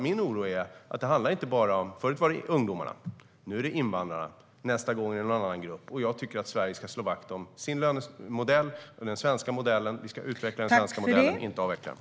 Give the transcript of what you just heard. Min oro är nämligen att det förut gällde ungdomarna, att det nu är invandrarna och att det nästa gång är någon annan grupp. Jag tycker att Sverige ska slå vakt om sin lönemodell, nämligen den svenska modellen. Vi ska utveckla den svenska modellen, inte avveckla den.